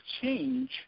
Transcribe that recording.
change